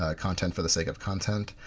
ah content for the sake of content.